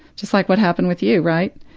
just like what happened with you, right?